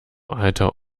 alter